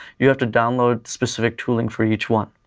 you have to download specific tooling for each one.